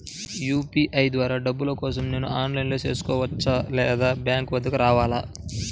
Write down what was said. UPI ద్వారా డబ్బులు కోసం నేను ఆన్లైన్లో చేసుకోవచ్చా? లేదా బ్యాంక్ వద్దకు రావాలా?